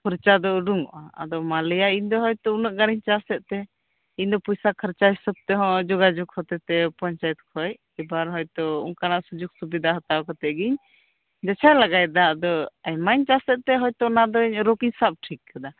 ᱩᱰᱩᱝᱚᱜᱼᱟ ᱟᱫᱚ ᱤᱧᱫᱚ ᱦᱳᱭᱛᱳ ᱩᱱᱟᱹᱜ ᱜᱟᱱᱮᱧ ᱪᱟᱥᱮᱫ ᱛᱮ ᱠᱷᱚᱨᱪᱟ ᱦᱤᱥᱟᱹᱵ ᱛᱮᱦᱚ ᱡᱳᱜᱟᱡᱳᱜᱽ ᱦᱚᱛᱮᱡᱛᱮ ᱯᱚᱧᱪᱟᱭᱮᱛ ᱠᱷᱚᱡ ᱮᱵᱟᱨ ᱦᱳᱭᱛᱳ ᱚᱱᱠᱟᱱᱟᱜ ᱥᱩᱡᱳᱜᱽ ᱥᱩᱵᱤᱫᱷᱟ ᱦᱟᱛᱟᱣ ᱠᱟᱛᱮ ᱜᱤᱧ ᱵᱮᱵᱥᱟ ᱞᱮᱜᱮᱭ ᱫᱟ ᱟᱫᱚ ᱟᱭᱢᱟᱧ ᱪᱟᱥᱮᱫ ᱛᱮ ᱚᱱᱟ ᱫᱚ ᱨᱳᱜᱤᱧ ᱥᱟᱵ ᱴᱷᱤᱠ ᱠᱟᱫᱟ